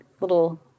little